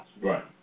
Right